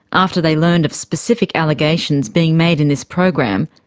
after they learned of specific allegations being made in this program,